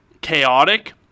chaotic